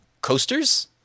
coasters